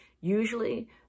Usually